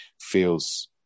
feels